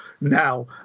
now